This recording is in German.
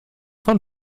vom